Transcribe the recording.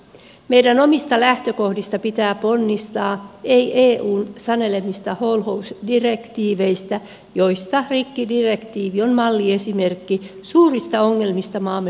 meidän omista lähtökohdista pitää ponnistaa ei eun sanelemista holhousdirektiiveistä joista rikkidirektiivi on malliesimerkki suurista ongelmista maamme työllisyydelle